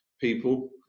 people